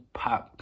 pop